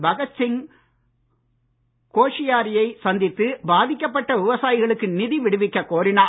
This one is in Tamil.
பகத்சிங் கோஷியா ரியை சந்தித்து பாதிக்கப்பட்ட விவசாயிகளுக்கு நிதி விடுவிக்கக் கோரினார்